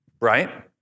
Right